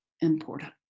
important